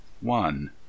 one